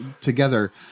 together